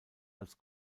als